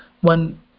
one